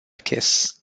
kiss